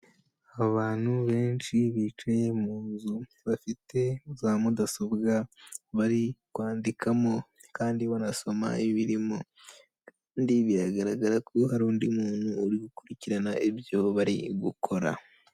Abantu benshi bicaye mu nzu, bafite za mudasobwa, bari kwandikamo kandi banasoma ibirimo kandi biragaragara ko hari undi muntu uri gukurikirana ibyo bari gukora.